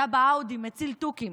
אתה באאודי, מציל תוכים.